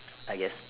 I guess